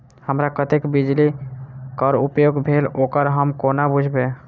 हमरा कत्तेक बिजली कऽ उपयोग भेल ओकर हम कोना बुझबै?